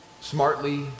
smartly